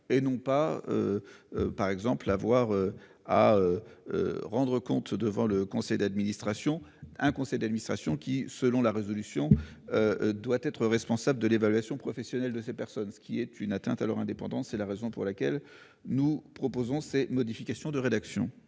et non pas. Par exemple, avoir à. Rendre compte devant le conseil d'administration. Un conseil d'administration qui selon la résolution. Doit être responsable de l'évaluation professionnelle de ces personnes, ce qui est une atteinte à leur indépendance. C'est la raison pour laquelle nous proposons ces modifications de rédaction